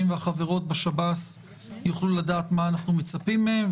והחברות בשב"ס יוכלו לדעת מה אנחנו מצפים מהם,